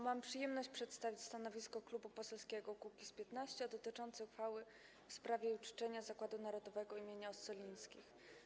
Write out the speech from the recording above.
Mam przyjemność przedstawić stanowisko Klubu Poselskiego Kukiz’15 dotyczące uchwały w sprawie uczczenia Zakładu Narodowego im. Ossolińskich.